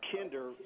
Kinder